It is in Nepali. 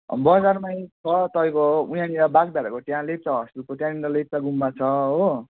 बजारमै छ तपाईँको उयाँनिर बाग्धाराको त्यहाँ लेप्चा होस्टेलको त्यहाँनिर लेप्चा गुम्बा छ हो